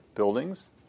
Buildings